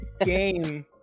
Game